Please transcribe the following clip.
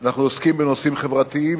אנחנו עוסקים בנושאים חברתיים,